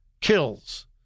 kills